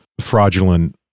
fraudulent